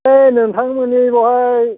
ओइ नोंथांमोननि बावहाय